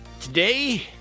Today